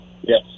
Yes